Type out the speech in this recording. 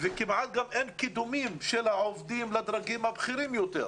וכמעט שאין קידום עובדים לדרגים הבכירים יותר.